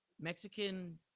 Mexican